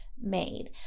made